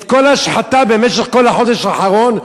את כל ההשחתה במשך כל החודש האחרון,